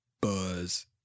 buzz